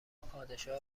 پادشاه